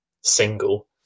single